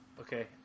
Okay